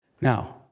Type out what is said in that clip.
Now